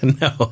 No